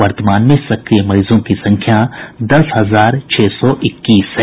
वर्तमान में सक्रिय मरीजों की संख्या दस हजार छह सौ इक्कीस है